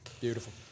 Beautiful